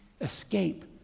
escape